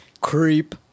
Creep